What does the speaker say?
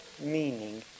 meaning